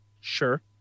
Sure